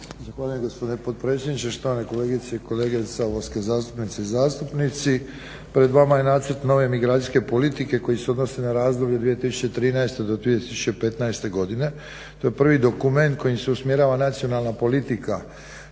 Zahvaljujem gospodine potpredsjedniče., štovani kolegice i kolege saborske zastupnice i zastupnici. Pred vama je nacrt nove migracijske politike koji se odnosi na razdoblje 2013.-2015. godine. To je prvi dokument kojim se usmjerava nacionalna politika